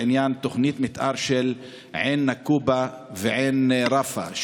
בעניין תוכנית מתאר של עין נקובא ועין ראפה,